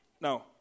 No